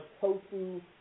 tofu